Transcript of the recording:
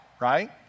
right